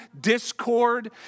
discord